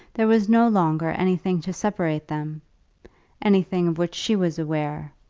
there was no longer anything to separate them anything of which she was aware,